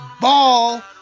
Ball